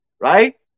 right